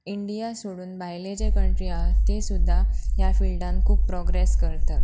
India सोडून भायले जे कंट्री आहत ते सुद्दां ह्या फिल्डान खूब प्रॉग्रॅस करतत